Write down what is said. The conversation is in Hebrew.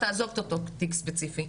תעזוב את אותו תיק ספציפי,